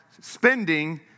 spending